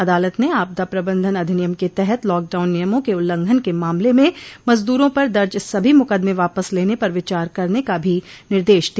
अदालत ने आपदा प्रबंधन अधिनियम के तहत लॉकडाउन नियमों क उल्लंघन के मामले में मजदूरों पर दर्ज सभी मुकद्दमें वापस लेने पर विचार करने का भी निर्देश दिया